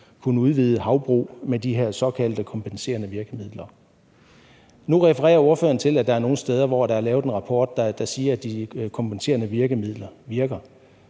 kunne udvide havbrug med de her såkaldte kompenserende virkemidler. Nu refererer ordføreren til, at der er nogle steder, hvor der er lavet en rapport, der siger, at de kompenserende virkemidler virker,